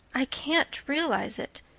i can't realize it.